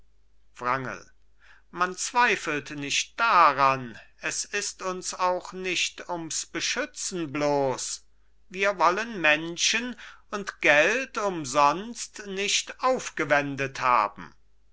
wrangel man zweifelt nicht daran es ist uns auch nicht ums beschützen bloß wir wollen menschen und geld umsonst nicht aufgewendet haben